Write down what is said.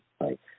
right